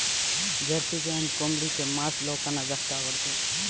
Jersey giant कोंबडीचे मांस लोकांना जास्त आवडते